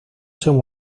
sus